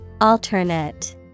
Alternate